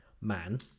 man